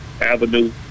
Avenue